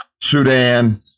Sudan